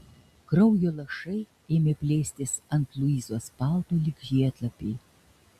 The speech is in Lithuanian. kraujo lašai ėmė plėstis ant luizos palto lyg žiedlapiai